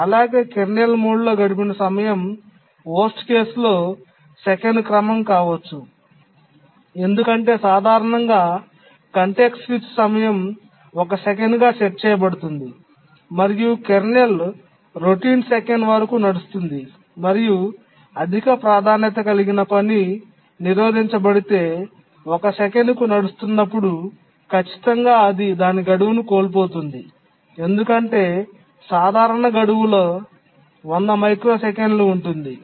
అలాగే కెర్నల్ మోడ్లో గడిపిన సమయం చెత్త సందర్భం లో సెకను క్రమం కావచ్చు ఎందుకంటే సాధారణంగా కాంటెక్స్ట్ స్విచ్ సమయం ఒక సెకనుగా సెట్ చేయబడుతుంది మరియు కెర్నల్ రొటీన్ సెకను వరకు నడుస్తుంది మరియు అధిక ప్రాధాన్యత కలిగిన పని నిరోధించబడితే ఒక సెకనుకు నడుస్తున్నప్పుడు ఖచ్చితంగా అది దాని గడువును కోల్పోతుంది ఎందుకంటే సాధారణ గడువులు వందల మైక్రోసెకన్లు ఉంటుంది